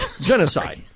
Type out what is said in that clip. Genocide